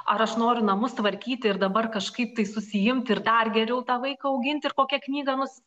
ar aš noriu namus tvarkyti ir dabar kažkaip tai susiimti ir dar geriau tą vaiką auginti ir kokia knygą nus